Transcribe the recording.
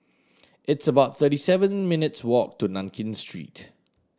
it's about thirty seven minutes' walk to Nankin Street